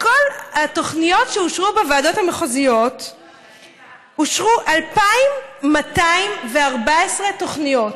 בכל התוכניות שאושרו בוועדות המחוזיות אושרו 2,214 תוכניות,